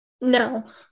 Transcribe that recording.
no